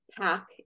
Pack